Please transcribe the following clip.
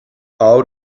out